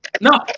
No